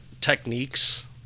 techniques